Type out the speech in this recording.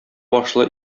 башлы